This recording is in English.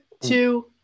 two